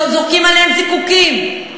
זורקים עליהם זיקוקים,